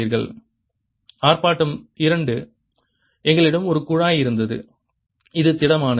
B∝Isinωt B∂t≠0 ϵcosωt ஆர்ப்பாட்டம் எண் 2 எங்களிடம் ஒரு குழாய் இருந்தது இது திடமானது